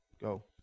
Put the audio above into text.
Go